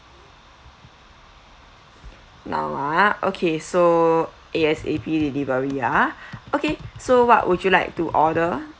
now ah okay so A_S_A_P delivery ah okay so what would you like to order